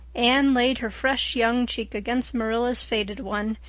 anne laid her fresh young cheek against marilla's faded one,